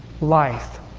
life